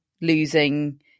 losing